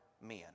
men